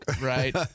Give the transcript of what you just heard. right